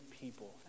people